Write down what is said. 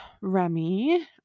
Remy